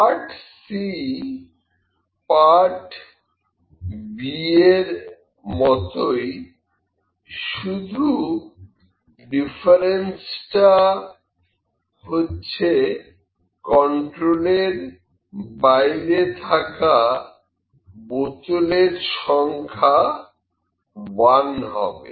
part c part b এর মতই শুধু ডিফারেন্স টা হচ্ছে কন্ট্রোলের বাইরে বোতলের সংখ্যা 1 হবে